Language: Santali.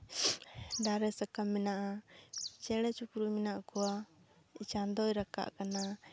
ᱫᱟᱨᱮ ᱥᱟᱠᱟᱢ ᱢᱮᱱᱟᱜᱼᱟ ᱪᱮᱬᱮ ᱪᱩᱯᱨᱩᱛ ᱢᱮᱱᱟᱜ ᱠᱚᱣᱟ ᱪᱟᱸᱫᱚᱭ ᱨᱟᱠᱟᱵ ᱠᱟᱱᱟ